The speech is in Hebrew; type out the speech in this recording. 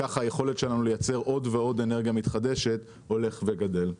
כך היכולת שלנו לייצר עוד ועוד אנרגיה מתחדשת הולכת וגדלה.